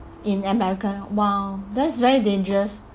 in America !wow! that's very dangerous